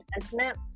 sentiment